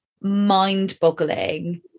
mind-boggling